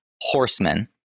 horsemen